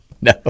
No